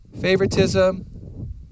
favoritism